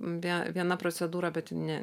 vie viena procedūra bet ji ne